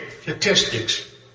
statistics